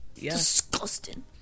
disgusting